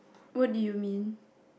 what do you mean